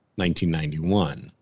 1991